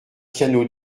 piano